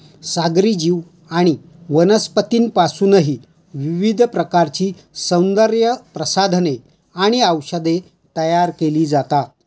सागरी जीव आणि वनस्पतींपासूनही विविध प्रकारची सौंदर्यप्रसाधने आणि औषधे तयार केली जातात